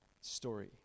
story